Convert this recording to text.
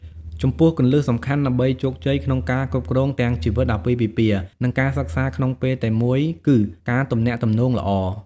ចំពោះគន្លឹះសំខាន់ដើម្បីជោគជ័យ ក្នុងការគ្រប់គ្រងទាំងជីវិតអាពាហ៍ពិពាហ៍ និងការសិក្សាក្នុងពេលតែមួយគឺ ការទំនាក់ទំនងល្អ។